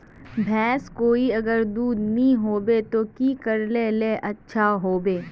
भैंस कोई अगर दूध नि होबे तो की करले ले अच्छा होवे?